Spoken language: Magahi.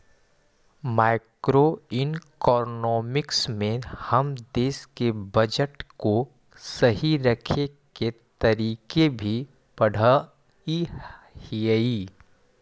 मैक्रोइकॉनॉमिक्स में हम देश के बजट को सही रखे के तरीके भी पढ़अ हियई